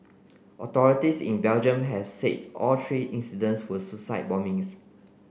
authorities in Belgium have said all three incidents were suicide bombings